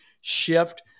shift